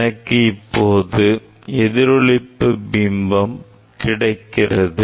எனக்கு இப்போது எதிரொளிப்பு பிம்பம் கிடைக்கிறது